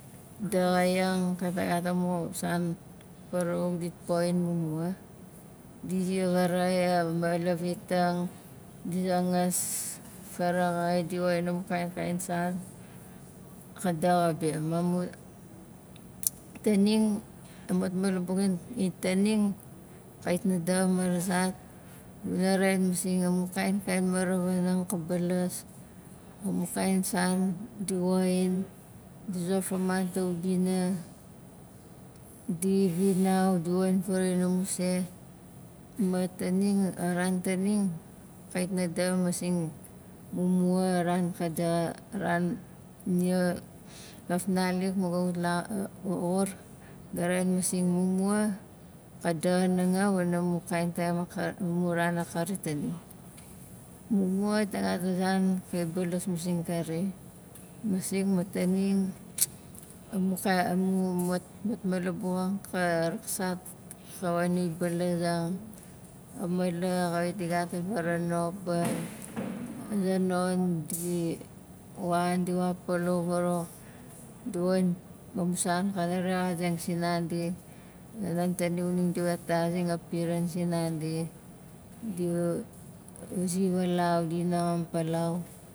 Daxaiang kait na gat amu san farawauk dit poxin mumua di ziar varaxai a malavitang, di zangas faraxai di woxin amu kain kain san ka daxa be ma mu- taning a matmalabuxang itaning kait na daxa marazat gu na rain masing amu kain kain maravanang ka bals, amu kain san di woxin, di zofamat a ubina, di vinau, di woxin farawauk amu se ma taning a ran taning kait na daxa masing mumua a ran ka daxa a ran nia ga fnalik ma gat wat la- x- xur ga rain masing mumua ka daxa nanga wana mu kain taim akari amu ran akari taning mumua xait na gat a zan kai balas masing kari masing ma taning amu kai- amu mat- matmalabuxang ka raksat balazang a mala xait di gat a varanobang a zonon di wan di wapalau varawuk di woxin amu san kana rexazang sinandi a zonon tan di we texazing a piran sinandi di we- zi walau, di naxam palau